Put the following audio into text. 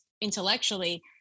intellectually